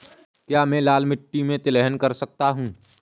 क्या मैं लाल मिट्टी में तिलहन कर सकता हूँ?